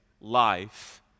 life